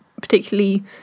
particularly